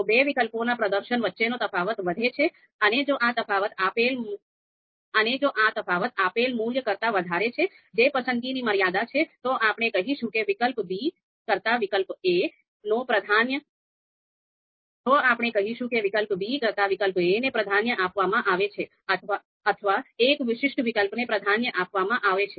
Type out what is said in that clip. જો બે વિકલ્પોના પ્રદર્શન વચ્ચેનો તફાવત વધે છે અને જો આ તફાવત આપેલ મૂલ્ય કરતાં વધારે છે જે પસંદગીની મર્યાદા છે તો આપણે કહીશું કે વિકલ્પ b કરતા વિકલ્પ a ને પ્રાધાન્ય આપવામાં આવે છે અથવા એક વિશિષ્ટ વિકલ્પને પ્રાધાન્ય આપવામાં આવે છે